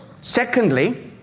Secondly